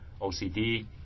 OCD